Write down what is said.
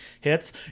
hits